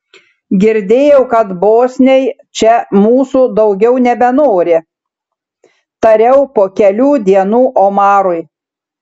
girdėjau kad bosniai čia mūsų daugiau nebenori tariau po kelių dienų omarui